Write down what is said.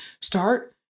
Start